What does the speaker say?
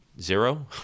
zero